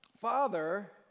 Father